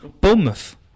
Bournemouth